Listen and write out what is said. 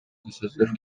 сөздөр